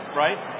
right